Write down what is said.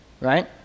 right